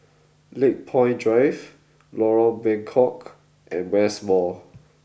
Lakepoint Drive Lorong Bengkok and West Mall